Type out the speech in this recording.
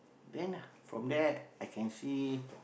then from there I can see